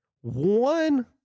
one